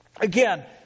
Again